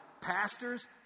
pastors